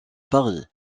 paris